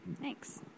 Thanks